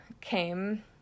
came